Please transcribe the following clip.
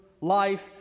life